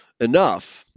enough